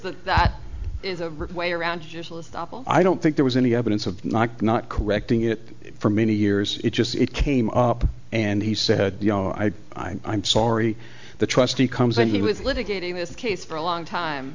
that is a way around i don't think there was any evidence of not not correcting it for many years it just it came up and he said you know i i i'm sorry the trustee comes in here with litigating this case for a long time